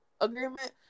agreement